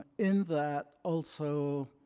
ah in that, also,